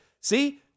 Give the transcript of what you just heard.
See